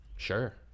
Sure